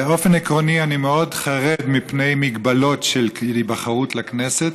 באופן עקרוני אני מאוד חרד מפני הגבלות על היבחרות לכנסת,